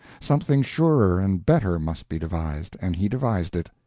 something surer and better must be devised and he devised it.